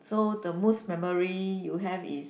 so the most memory you have is